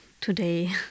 today